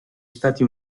stati